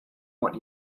what